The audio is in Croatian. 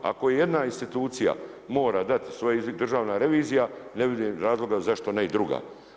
Ako jedna institucija mora dati državna revizija, ne vidim razloga zašto ne i druga.